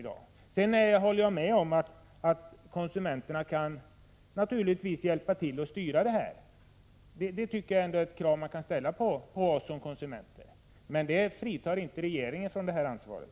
Jag håller med om att konsumenterna naturligtvis kan hjälpa till och styra det här — det tycker jag är ett krav som man kan ställa på oss som konsumenter. Men det fritar inte regeringen från ansvaret.